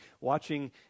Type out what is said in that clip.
watching